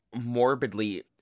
morbidly